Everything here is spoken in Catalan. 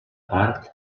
part